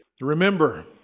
Remember